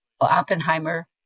Oppenheimer